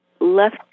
left